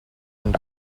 and